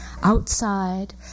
Outside